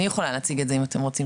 אני יכולה להציג את זה אם אתם רוצים,